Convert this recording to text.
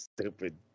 Stupid